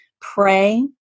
Pray